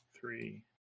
three